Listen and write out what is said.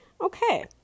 Okay